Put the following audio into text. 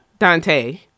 Dante